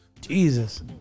Jesus